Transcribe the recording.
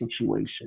situation